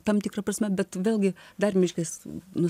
tam tikra prasme bet vėlgi darėm reiškias nuo